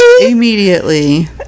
immediately